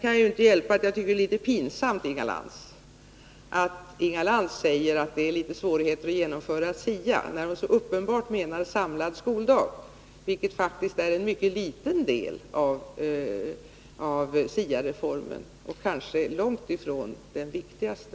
Men jag kan inte hjälpa att jag tycker att det är litet pinsamt när Inga Lantz säger att det är litet svårt att genomföra SIA, då hon så uppenbart menar samlad skoldag, vilket faktiskt är en mycket liten del av SIA-reformen — och kanske långt ifrån den viktigaste.